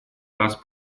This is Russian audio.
раз